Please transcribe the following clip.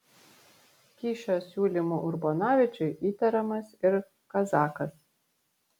kyšio siūlymu urbonavičiui įtariamas ir kazakas